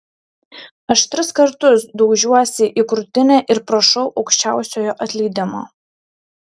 aš tris kartus daužiuosi į krūtinę ir prašau aukščiausiojo atleidimo